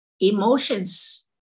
emotions